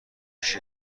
پیش